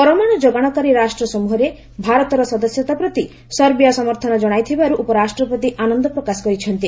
ପରମାଣୁ ଯୋଗାଣକାରୀ ରାଷ୍ଟ୍ରସମ୍ବହରେ ଭାରତର ସଦସ୍ୟତା ପ୍ରତି ସର୍ବିଆ ସମର୍ଥନ ଜଣାଇଥିବାରୁ ଉପରାଷ୍ଟ୍ରପତି ଆନନ୍ଦ ପ୍ରକାଶ କରିଛନ୍ତି